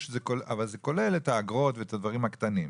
אבל זה כולל את האגרות ואת הדברים הקטנים.